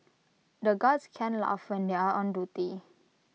the guards can't laugh when they are on duty